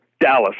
Dallas